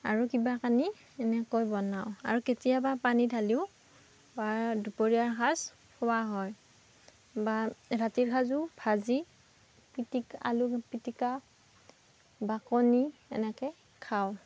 আৰু কিবা কানি এনেকৈ বনাওঁ আৰু কেতিয়াবা পানী ঢালিও পুৱাৰ দুপৰীয়াৰ সাজ খোৱা হয় বা ৰাতিৰ সাজো ভাজি পিটি আলু পিটিকা বা কণী এনেকৈ খাওঁ